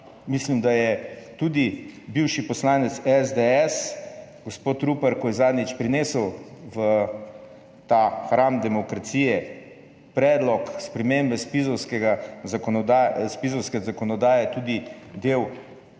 Mislim, da je tudi bivši poslanec SDS gospod Rupar, ko je zadnjič prinesel v ta hram demokracije predlog spremembe zpizovske zakonodaje, tudi del